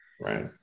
Right